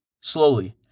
Slowly